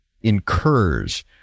incurs